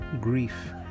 grief